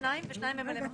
שניים, ושניים ממלאי מקום.